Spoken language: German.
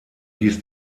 ließ